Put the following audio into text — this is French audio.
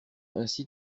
ainsi